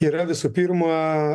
yra visų pirma